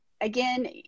Again